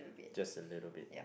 just a little bit